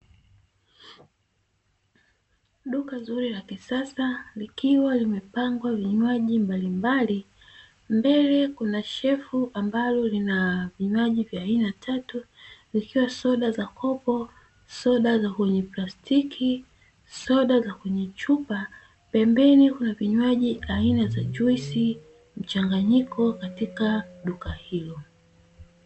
Duka zuri la kisasa, likiwa limepangwa vinywaji mbalimbali; mbele kuna shelfu ambalo lina vinywaji vya aina tatu, zikiwa soda za kopo, soda za kwenye plastiki, soda za chupa. Pembeni kuna vinywaji aina za juisi mchanganyiko katika duka hilo.